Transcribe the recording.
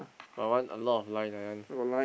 my one a lot of line my one